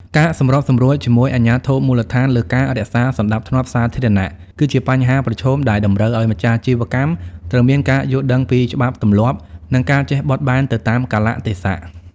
ការសម្របសម្រួលជាមួយអាជ្ញាធរមូលដ្ឋានលើការរក្សាសណ្ដាប់ធ្នាប់សាធារណៈ គឺជាបញ្ហាប្រឈមដែលតម្រូវឱ្យម្ចាស់អាជីវកម្មត្រូវមានការយល់ដឹងពីច្បាប់ទម្លាប់ និងការចេះបត់បែនទៅតាមកាលៈទេសៈ។